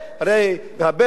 הרי הבדואים,